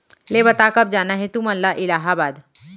ले बता, कब जाना हे तुमन ला इलाहाबाद?